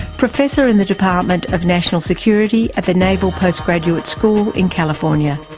professor in the department of national security at the naval postgraduate school in california.